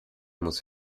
muss